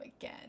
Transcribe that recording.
again